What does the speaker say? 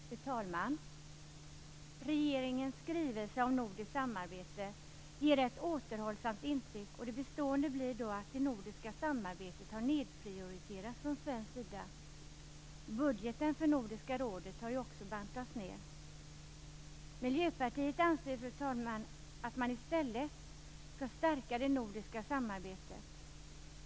Fru talman! Regeringens skrivelse om nordiskt samarbete ger ett återhållsamt intryck, och det bestående blir då att det nordiska samarbetet inte prioriteras från svensk sida. Budgeten för Nordiska rådet har ju också bantats. Miljöpartiet anser, fru talman, att man i stället skall stärka det nordiska samarbetet.